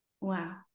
Wow